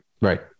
Right